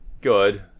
good